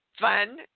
fun